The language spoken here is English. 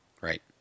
Right